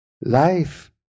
Life